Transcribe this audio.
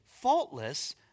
faultless